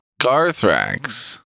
Garthrax